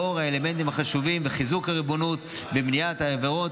לאור האלמנטים החשובים: חיזוק הריבונות ומניעת עבירות.